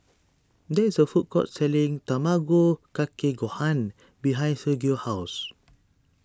there is a food court selling Tamago Kake Gohan behind Sergio's house